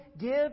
give